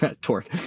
torque